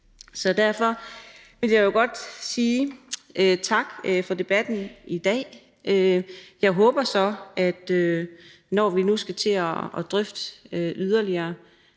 Så derfor vil jeg godt sige tak for debatten i dag. Jeg håber så, at når vi nu skal til at drøfte det yderligere,